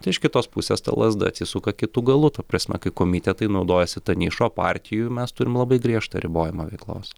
tai iš kitos pusės ta lazda atsisuka kitu galu ta prasme kai komitetai naudojasi ta niša o partijų mes turim labai griežtą ribojimą veiklos